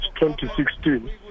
2016